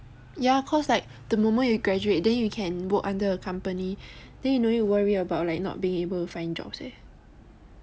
ya cause like the moment you graduate then you can work under a company then you don't need to worry about not being able to find jobs leh